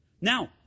Now